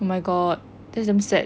oh my god that's damn sad